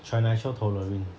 trinitrotoluene